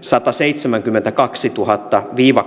sataseitsemänkymmentäkaksituhatta viiva